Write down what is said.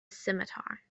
scimitar